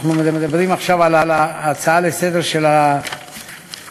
אנחנו מדברים עכשיו על ההצעה לסדר-היום של,